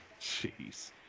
Jeez